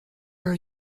are